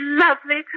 lovely